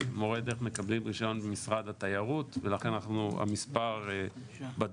מורי דרך מקבלים רישיון במשרד התיירות ולכן המספר בדוק.